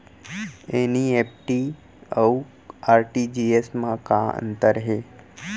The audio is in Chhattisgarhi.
एन.ई.एफ.टी अऊ आर.टी.जी.एस मा का अंतर हे?